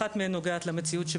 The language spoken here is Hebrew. אחת מהן נוגעת למציאות,